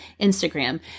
Instagram